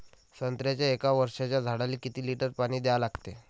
संत्र्याच्या एक वर्षाच्या झाडाले किती लिटर पाणी द्या लागते?